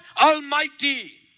Almighty